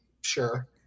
Sure